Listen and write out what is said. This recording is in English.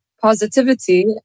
positivity